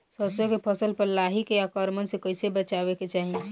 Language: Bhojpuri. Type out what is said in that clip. सरसो के फसल पर लाही के आक्रमण से कईसे बचावे के चाही?